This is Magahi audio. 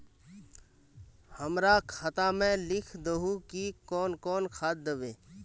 हमरा खाता में लिख दहु की कौन कौन खाद दबे?